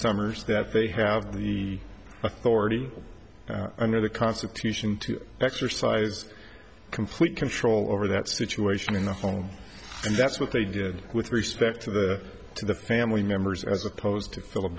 summers that they have the authority under the constitution to exercise complete control over that situation in the home and that's what they did with respect to the family members as opposed to